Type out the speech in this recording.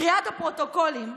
מקריאת הפרוטוקולים,